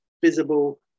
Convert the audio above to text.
visible